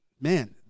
man